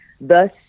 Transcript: Thus